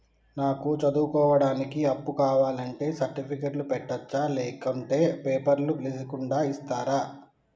నాకు చదువుకోవడానికి అప్పు కావాలంటే సర్టిఫికెట్లు పెట్టొచ్చా లేకుంటే పేపర్లు లేకుండా ఇస్తరా?